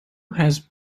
has